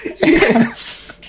Yes